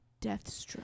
Deathstroke